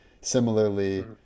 Similarly